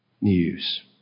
news